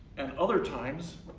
and other times,